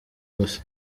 gusa